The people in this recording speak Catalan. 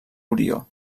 orió